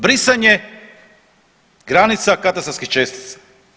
Brisanje granica katastarskih čestica.